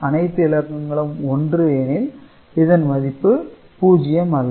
அனைத்து இலக்கங்களும் 1 எனில் இதன் மதிப்பு 0 அல்ல